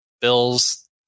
bills